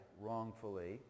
wrongfully